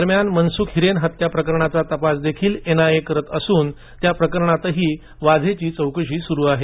दरम्यान मनसुख हिरेन हत्या प्रकरणाचा तपास देखील एनआयए करत असून त्या प्रकरणातही वाझेची चौकशी सुरू आहे